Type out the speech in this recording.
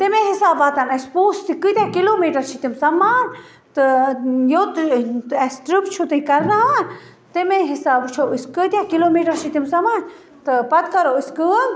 تَمے حِساب واتَن اَسہِ پۅنٛسہِ تہٕ کٲتیٛاہ کِلو میٖٹر چھِ تِم سمان تہٕ یوٚت اَسہِ ٹرٛپ چھُو تُہۍ کَرٕناوان تَمے حِسابہٕ وُچھو أسۍ کٲتیٛاہ کِلو میٖٹر چھِ تِم سَمان تہٕ پَتہٕ کَرو أسۍ کٲم